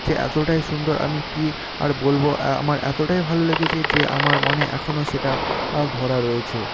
যে এতটাই সুন্দর আমি কি আর বলব আমার এতটাই ভালো লেগেছে যে আমার মনে এখনও সেটা ধরা রয়েছে